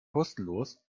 kostenlos